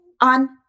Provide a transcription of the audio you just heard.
on